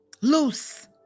loose